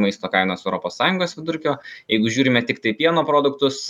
maisto kainos europos sąjungos vidurkio jeigu žiūrime tiktai pieno produktus